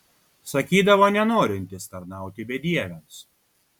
sakydavo nenorintis tarnauti bedieviams